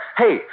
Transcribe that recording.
hey